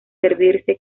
servirse